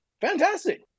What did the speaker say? fantastic